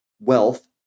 wealth